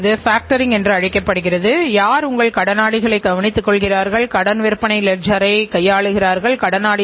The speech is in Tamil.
ஆகவே இறுதியில் நாம் இதை செய்ய முடிந்தால் அதிகரித்த செயல்திறன் மற்றும் அதிகரித்த உற்பத்தித்திறனை நம்மால் அடைய முடிகிறது